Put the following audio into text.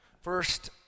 First